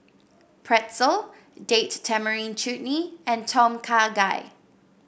Pretzel Date Tamarind Chutney and Tom Kha Gai